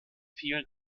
vielen